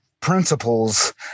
principles